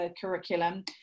curriculum